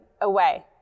away